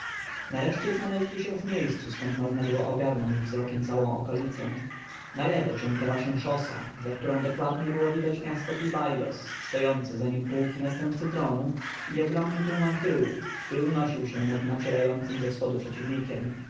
nareszcie znaleźli się w miejscu skąd można było ogarnąć wzrokiem całą okolicę na lewo ciągnęła się szosa za którą dokładnie było widać miasto pi-bailos stojące za niem pułki następcy tronu i ogromny tuman pyłu który unosił się nad nacierającym ze wschodu przeciwnikiem